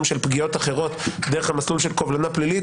של פגיעות אחרות דרך המסלול של קובלנה פלילית